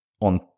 on